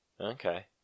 Okay